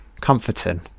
Comforting